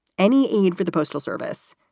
any aid for the postal service?